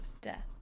death